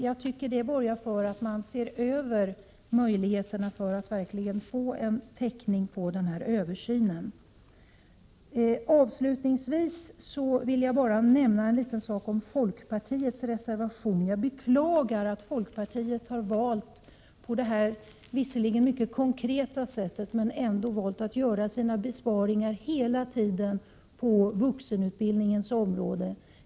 Jag tycker detta borgar för att man ser över möjligheterna att verkligen få en täckning när det gäller denna översyn. Avslutningsvis vill jag bara nämna en liten sak om folkpartiets reservation. Jag beklagar att folkpartiet har valt — visserligen på detta mycket konkreta sätt men ändå — att göra sina besparingar hela tiden på vuxenutbildningens område.